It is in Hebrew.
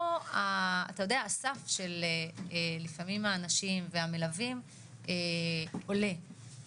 בגלל העלויות שיש לזה וזה באמת עלויות גבוהות